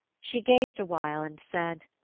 she gazed awhile and said,